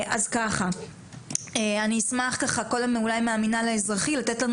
אני אשמח קודם כל מהמינהל האזרחי לתת לנו